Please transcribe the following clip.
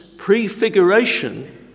prefiguration